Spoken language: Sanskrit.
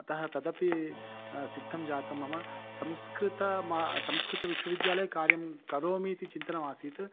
अतः तदपि सिद्धं जातं मम संस्कृतं म संस्कृतं विश्वविद्यालयकार्यं करोमि इति चिन्तनम् आसीत्